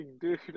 dude